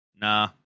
Nah